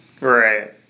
Right